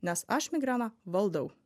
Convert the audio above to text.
nes aš migreną valdau